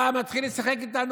אתה מתחיל לשחק איתנו,